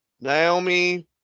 Naomi